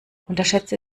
unterschätze